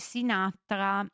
Sinatra